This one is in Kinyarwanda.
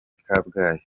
kabgayi